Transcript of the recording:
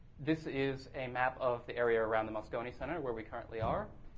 this is a map of the area around the moscone center where we currently are.